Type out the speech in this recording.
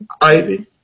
Ivy